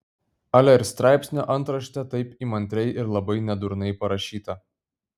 ale ir straipsnio antraštė taip įmantriai ir labai nedurnai parašyta